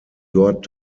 dort